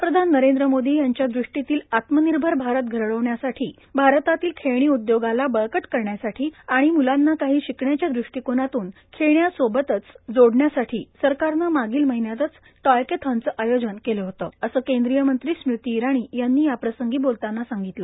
पंतप्रधान नरेंद्र मोपी यांच्या ृष्टीतील आत्मनिर्भर भारत घडवण्यासाठी भारतातील खेळणी उदयोगाला बळकट करण्यासाठी आणि मुलांना काही शिकण्याच्या दृष्टिकोनातून खेळण्याच्या सोबत जोडण्यासाठी सरकारने मागील महिन्यातच टॉयेकेथॉनचे आयोजन केलं होतं असे केंद्रीय मंत्री स्मृती इराणी यांनी याप्रसंगी बोलताना सांगितलं